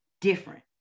different